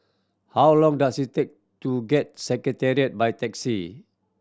how long does it take to get Secretariat by taxi